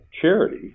charity